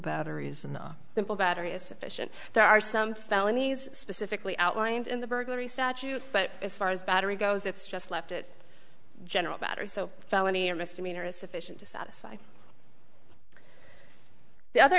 batteries and simple battery is sufficient there are some felonies specifically outlined in the burglary statute but as far as battery goes it's just left it general battery so felony or misdemeanor is sufficient to satisfy the other